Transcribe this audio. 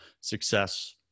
success